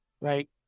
right